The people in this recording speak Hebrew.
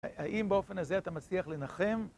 האם באופן הזה אתה מצליח לנחם?